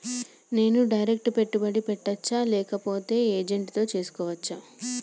నేను డైరెక్ట్ పెట్టుబడి పెట్టచ్చా లేక ఏజెంట్ తో చేస్కోవచ్చా?